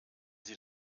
sie